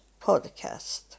podcast